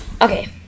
Okay